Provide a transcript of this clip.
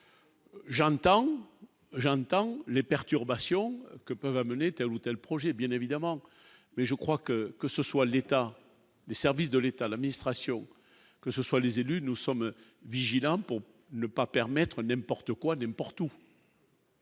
j'entends les perturbations que peuvent amener telle ou telle projets bien évidemment, mais je crois que, que ce soit l'État, les services de l'État, la ministre assure que ce soit les élus nous sommes vigilants pour ne pas permettre même porte quoi de Porto.